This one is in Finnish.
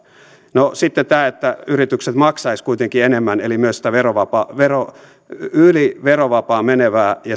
saada sitten tämä että yritykset maksaisivat kuitenkin enemmän eli myös yli verovapaan menevää ja